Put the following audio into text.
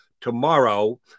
tomorrow